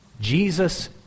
Jesus